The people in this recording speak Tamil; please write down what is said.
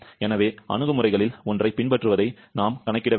எனவே அணுகுமுறைகளில் ஒன்றைப் பின்பற்றுவதை நாம் கணக்கிட வேண்டும்